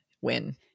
win